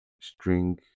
string